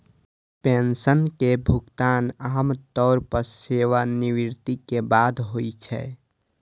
pension के भुगतान आम तौर पर सेवानिवृत्ति के बाद होइ छै